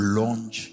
launch